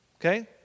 Okay